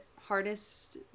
hardest